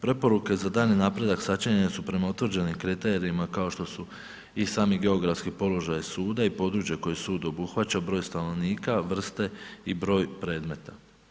Preporuke za daljnji napredak sačinjene su prema utvrđenim kriterijima kao što su i sami geografski položaji suda i područje koje sud obuhvaća, broj stanovnika, vrste i broj predmeta.